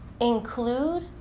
include